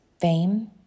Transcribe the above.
fame